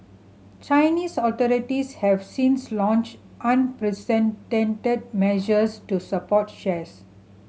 Chinese authorities have since launched unprecedented measures to support shares